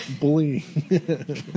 bullying